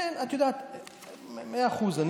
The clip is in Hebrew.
מאה אחוז.